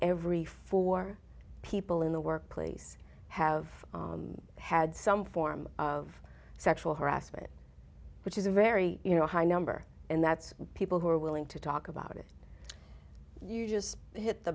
every four people in the workplace have had some form of sexual harassment which is a very you know high number and that's people who are willing to talk about it you just hit the